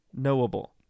knowable